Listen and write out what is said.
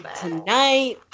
tonight